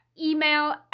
email